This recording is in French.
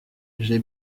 j’ai